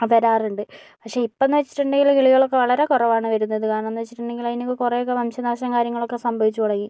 വരാറുണ്ട് പക്ഷെ ഇപ്പന്ന് വെച്ചിട്ടുണ്ടെങ്കില് കിളികൾ ഒക്കെ വളരെ കുറവാണ് വരുന്നത് കാരണന്ന് വെച്ചിട്ടുണ്ടെങ്കില് അതിനൊക്കെ കുറെ ഒക്കെ വംശനാശം കാര്യങ്ങളൊക്കെ സംഭവിച്ചു തുടങ്ങി